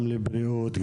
גם לבריאות,